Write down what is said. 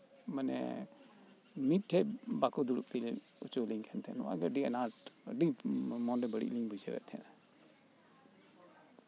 ᱢᱟᱱᱮ ᱢᱤᱫᱴᱷᱮᱡ ᱵᱟᱠᱚ ᱫᱩᱲᱩᱵ ᱠᱟᱞᱤ ᱦᱚᱪᱚᱣᱟᱞᱤᱧ ᱠᱟᱱ ᱛᱟᱦᱮᱱᱟ ᱱᱚᱣᱟ ᱜᱮ ᱟᱹᱰᱤ ᱟᱱᱟᱴ ᱟᱹᱰᱤ ᱢᱚᱱᱮ ᱵᱟᱹᱲᱤᱡ ᱞᱤᱧ ᱵᱩᱡᱷᱟᱹᱱᱮᱫ ᱛᱟᱦᱮᱱᱟ